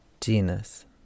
genus